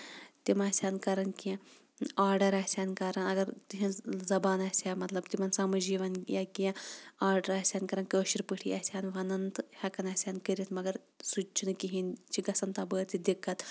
تِم آسن کرن کیٚنہہ آڈر آسن کران اَگر تِہنز زَبان آسہِ ہا مطلب تِمن سَمج یِوان یا کیٚنہہ آڈر آسہِ ہن کران کٲشِر پٲٹھی آسہِ ہن وَنان تہٕ ہٮ۪کان آسن کٔرِتھ مَگر سُہ تہِ چھُنہٕ کِہینۍ چھُ گژھان تپٲرۍ تہِ دِکَت